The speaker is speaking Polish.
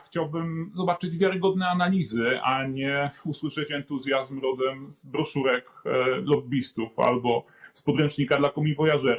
Chciałbym zobaczyć wiarygodne analizy, a nie usłyszeć entuzjazm rodem z broszurek lobbystów albo z podręcznika dla komiwojażera.